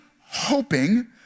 hoping